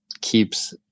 keeps